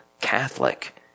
Catholic